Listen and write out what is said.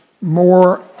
more